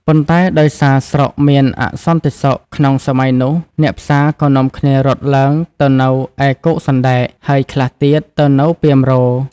ប៉ុន្តែដោយសារស្រុកមានអសន្តិសុខក្នុងសម័យនោះ អ្នកផ្សារក៏នាំគ្នារត់ឡើងទៅនៅឯ គោកសណ្តែក ហើយខ្លះទៀតទៅនៅ ពាមរក៍។